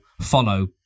follow